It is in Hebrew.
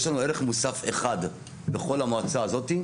יש לנו ערך מוסף אחד בכל המועצה הזאת,